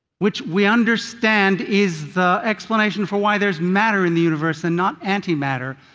which we understand is the explanation for why there is matter in the universe and not anti-matter,